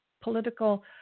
political